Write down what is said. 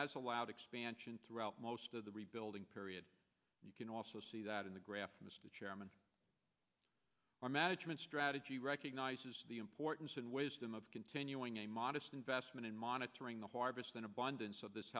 has allowed expansion throughout most of the rebuilding period you can also see that in the graph mr chairman our management strategy recognizes the importance and wisdom of continuing a modest investment in monitoring the harvest and abundance of this